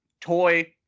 toy